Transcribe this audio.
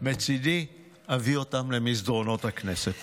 מצידי אביא אותם למסדרונות הכנסת.